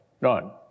none